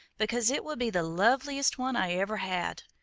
because it will be the loveliest one i ever had.